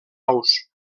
ous